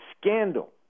scandal